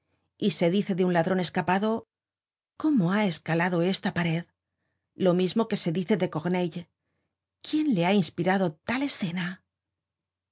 y se dice de un ladron escapado cómo ha escalado esta pared lo mismo que se dice de corneille quién le ha inspirado tal escena